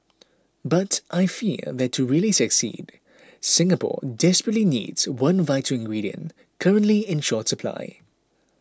but I fear that to really succeed Singapore desperately needs one vital ingredient currently in short supply